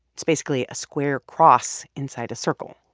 it's basically a square cross inside a circle.